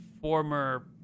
former